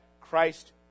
Christ